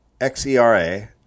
XERA